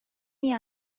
iyi